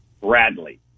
Bradley